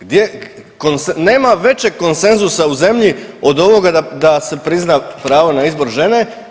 Gdje, nema većeg konsenzusa u zemlji od ovoga da se prizna pravo na izbor žene.